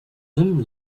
them